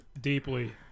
Deeply